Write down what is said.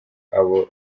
abo